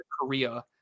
Korea